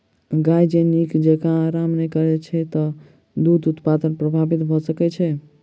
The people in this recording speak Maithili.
गाय जँ नीक जेँका आराम नै करैत छै त दूध उत्पादन प्रभावित भ सकैत छै